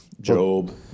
Job